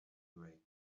away